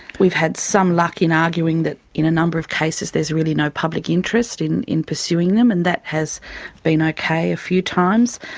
we've had some luck in arguing that in a number of cases there's really no public interest in in pursuing them, and that has been okay a few times.